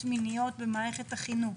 תקיפות מיניות במערכת החינוך?